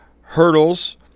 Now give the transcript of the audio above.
hurdles